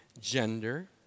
gender